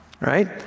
right